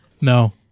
No